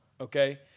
okay